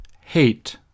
hate